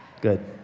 good